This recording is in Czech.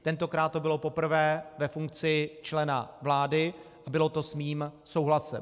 Tentokrát to bylo poprvé ve funkci člena vlády a bylo to s mým souhlasem.